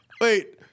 Wait